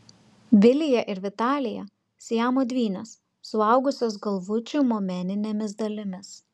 vilija ir vitalija siamo dvynės suaugusios galvučių momeninėmis dalimis